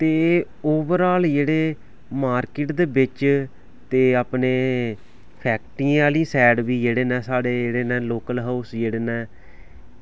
ते over all जेह्ड़े market दे बिच्च ते अपने फैक्ट्रियें आह्ली साईड बी जेह्ड़े ने साढ़े ने लोकल हाउस जेह्ड़े न